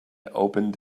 opened